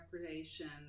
Recreation